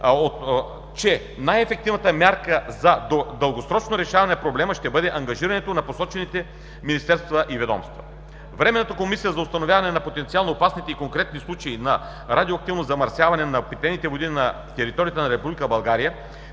че най-ефективната мярка за дългосрочното решаване на проблема ще бъде ангажирането на посочените министерства и ведомства. Временната комисия за установяване на потенциално опасните и конкретни случаи на радиоактивно замърсяване на питейни води на територията на Република България,